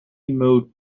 moved